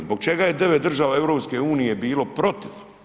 Zbog čega je 9 država EU-e bilo protiv?